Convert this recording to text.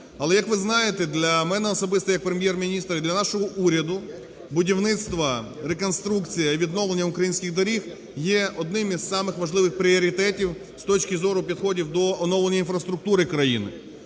але, як ви знаєте, для мене особисто як Прем’єр-міністра і для нашого уряду будівництво, реконструкція і відновлення українських доріг є одним із самих важливих пріоритетів з точки зору підходів до оновлення інфраструктури країни.